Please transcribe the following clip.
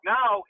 Now